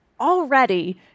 Already